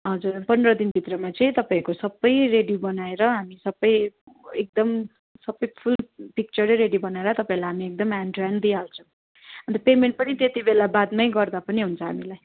हजुर पन्ध्र दिनभित्रमा चाहिँ तपाईँहरूको सबै रेडी बनाएर हामी सबै एकदम सबै फुल पिक्चरै रेडी बनाएर तपाईँहरूलाई हामी एकदम ह्यान्ड टू ह्यान्ड दिइहाल्छौँ अन्त पेमेन्ट पनि त्यतिबेला बादमै गर्दा पनि हुन्छ हामीलाई